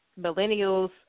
millennials